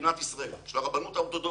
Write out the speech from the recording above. במדינת ישראל, של הרבנות האורתודוכסית.